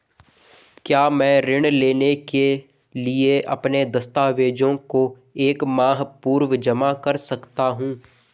क्या मैं ऋण लेने के लिए अपने दस्तावेज़ों को एक माह पूर्व जमा कर सकता हूँ?